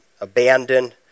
abandoned